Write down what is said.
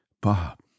Bob